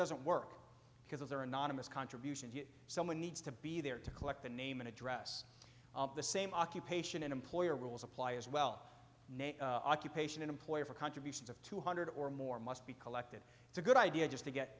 doesn't work because of their anonymous contributions someone needs to be there to collect the name and address the same occupation and employer rules apply as well name occupation employer for contributions of two hundred or more must be collected it's a good idea just to get